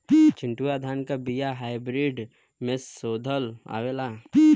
चिन्टूवा धान क बिया हाइब्रिड में शोधल आवेला?